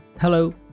Hello